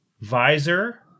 visor